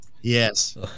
Yes